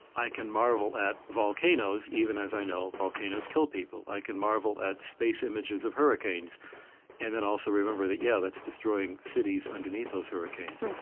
i can marvel at volcanoes, even as i know volcanoes kill people. i can marvel at space images of hurricanes and then also remember that, yeah, that's destroying cities underneath those hurricanes.